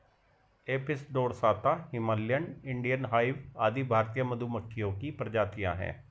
Apis डोरसाता, Himalayan, Indian hive आदि भारतीय मधुमक्खियों की प्रजातियां है